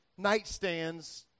nightstands